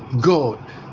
God